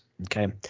Okay